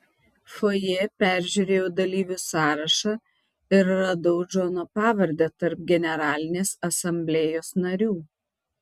fojė peržiūrėjau dalyvių sąrašą ir radau džono pavardę tarp generalinės asamblėjos narių